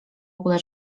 ogóle